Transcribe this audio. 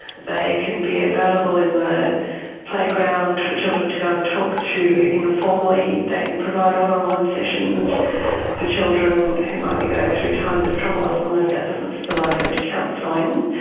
they can be available in the playground for children to go and talk to informally, they can provide one-on-one sessions for children who might be going through times of trouble as long as that doesn't spill over into counselling.